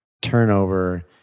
turnover